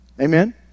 Amen